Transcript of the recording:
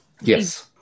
Yes